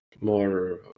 more